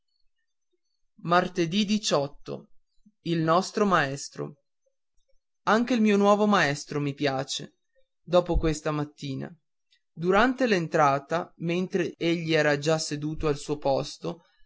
il nostro maestro ad nche il mio nuovo maestro mi piace dopo questa mattina durante l'entrata mentre egli era già seduto al suo posto